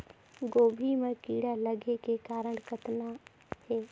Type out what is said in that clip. गोभी म कीड़ा लगे के कारण कतना हे?